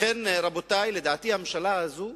לכן, רבותי, לדעתי הממשלה הזאת,